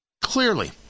Clearly